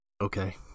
Okay